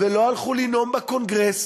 ולא הלכו לנאום בקונגרס,